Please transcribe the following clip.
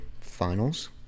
finals